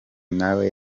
nawe